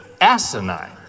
asinine